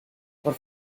por